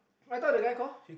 I thought the guy call